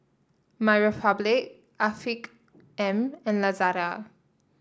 MyRepublic Afiq M and Lazada